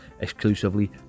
exclusively